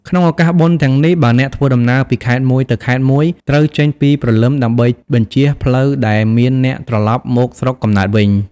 ក្នុងឱកាសបុណ្យទាំងនេះ បើអ្នកធ្វើដំណើរពីខេត្តមួយទៅខេត្តមួយ ត្រូវចេញពីព្រលឹម ដើម្បីបញ្ចៀសផ្លូវដែលមានអ្នកត្រឡប់មកស្រុកកំណើតវិញ។